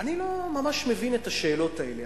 אני לא ממש מבין את השאלות האלה.